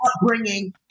upbringing